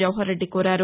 జవహర్ రెడ్డి కోరారు